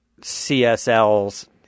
CSLs